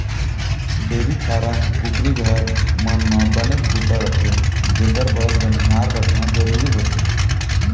dairy farm, कुकरी घर, मन म बनेच बूता रथे जेकर बर बनिहार रखना जरूरी होथे